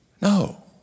No